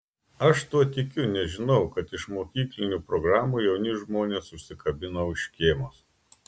aš tuo tikiu nes žinau kad iš mokyklinių programų jauni žmonės užsikabina už škėmos